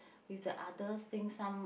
with the others sing some